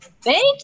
Thank